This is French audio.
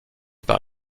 par